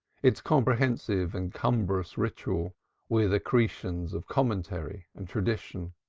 its comprehensive and cumbrous ritual with accretions of commentary and tradition.